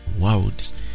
Worlds